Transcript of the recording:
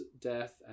death